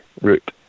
route